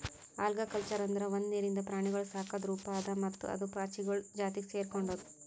algaculture ಅಂದುರ್ ಒಂದು ನೀರಿಂದ ಪ್ರಾಣಿಗೊಳ್ ಸಾಕದ್ ರೂಪ ಅದಾ ಮತ್ತ ಅದು ಪಾಚಿಗೊಳ್ ಜಾತಿಗ್ ಸೆರ್ಕೊಂಡುದ್